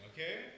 Okay